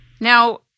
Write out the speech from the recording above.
Now